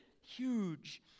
huge